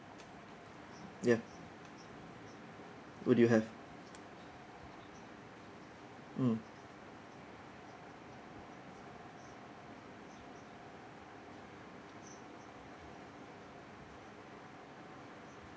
ya what do you have mm